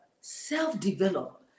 Self-develop